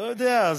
לא יודע.